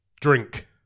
drink